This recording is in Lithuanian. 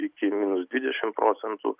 iki minus dvidešimt procentų